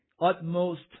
Utmost